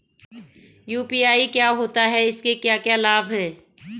UPI क्या होता है इसके क्या क्या लाभ हैं?